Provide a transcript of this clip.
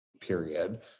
period